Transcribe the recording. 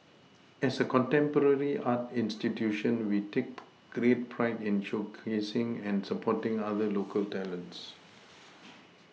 as a contemporary art institution we take great pride in showcasing and supporting our local talents